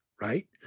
right